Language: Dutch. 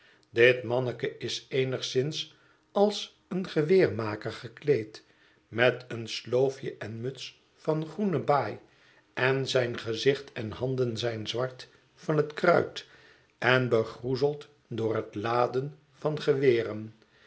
dit manneke is eenigszins als een geweermaker gekleed met een sloofje en muts van groene baai en zijn gezicht en handen zijn zwart van het kruit en begroezeld door het laden van geweren